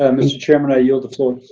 ah mr. chairman, i yield the floor.